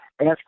ask